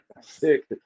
Six